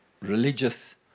religious